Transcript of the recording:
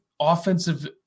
offensive